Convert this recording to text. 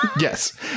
Yes